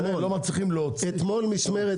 לא מצליחים להוציא את הסחורה.